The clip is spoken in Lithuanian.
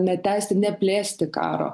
netęsti neplėsti karo